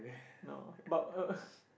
no but uh